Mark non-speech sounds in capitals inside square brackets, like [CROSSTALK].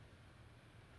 [LAUGHS]